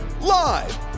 Live